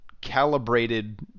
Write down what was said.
calibrated